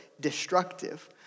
destructive